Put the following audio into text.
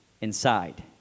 inside